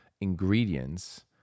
ingredients